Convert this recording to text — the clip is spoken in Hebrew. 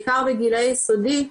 בעיקר בגילאי יסודי,